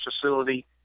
facility